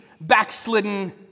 backslidden